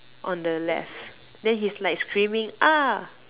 on the left then he's like screaming ah